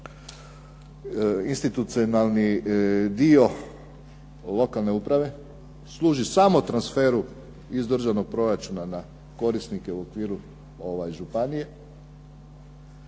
institucionalni dio lokalne uprave. Služi samo transferu iz državnog proračuna na korisnike u okviru županije.